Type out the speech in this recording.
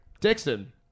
Dixon